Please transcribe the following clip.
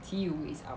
qi yuwu is up